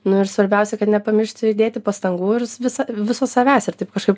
nu ir svarbiausia kad nepamiršti įdėti pastangų ir visa viso savęs ir taip kažkaip